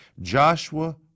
Joshua